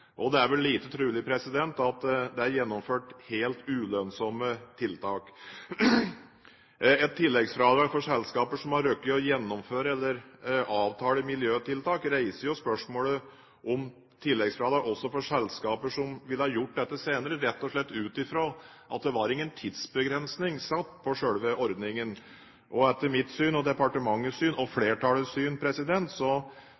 Det er vel lite trolig at det er gjennomført helt ulønnsomme tiltak. Et tilleggsfradrag for selskaper som har rukket å gjennomføre eller avtale miljøtiltak, reiser spørsmålet om tilleggsfradrag også for selskaper som ville ha gjort dette senere, rett og slett ut fra at det var ingen tidsbegrensning satt på selve ordningen. Etter mitt syn, departementets syn og